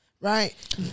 Right